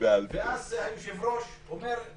ואז היושב-ראש אומר: